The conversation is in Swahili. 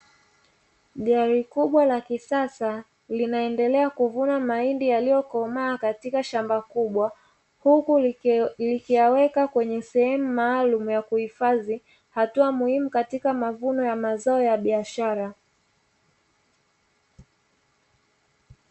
Gari kubwa la kisasa linaendelea kuvuna mahindi ikiwa ni hatua muhimu ya mazao ya biashara